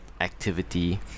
activity